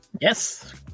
Yes